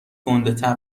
گندهتر